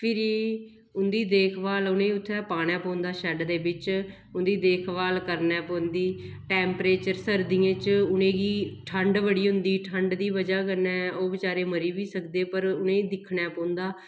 फिर उं'दी देखभाल उ'नेंगी उत्थें पाना पौंदा शैड्ड दे बिच्च उं'दी देखभाल करनी पौंदी टैंपरेचर सर्दियें च उ'नेंगी ठंड बड़ी होंदी ठंड दी बजह् कन्नै ओह् बचैरे मरी बी सकदे पर उ'नेंगी दिक्खना पौंदा